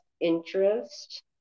interest